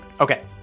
Okay